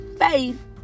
faith